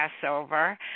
Passover